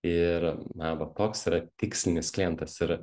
ir na va toks yra tikslinis klientas ir